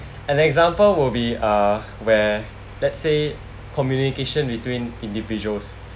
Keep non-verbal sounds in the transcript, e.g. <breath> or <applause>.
an example would be uh <breath> where let say communication between individuals